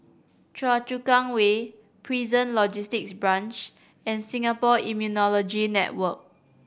Choa Chu Kang Way Prison Logistic Branch and Singapore Immunology Network